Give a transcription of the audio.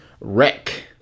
Wreck